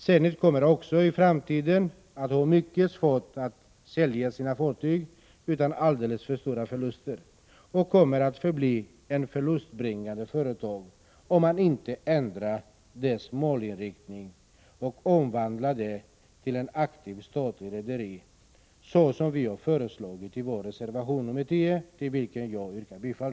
Zenit kommer också i framtiden att ha mycket svårt att sälja sina fartyg utan alltför stora förluster och kommer att bli ett förlustbringande företag, om man inte ändrar dess målinriktning och omvandlar det till ett aktivt statligt rederi, såsom vi föreslagit i vår reservation 10, till vilken jag yrkar bifall.